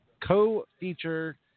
co-feature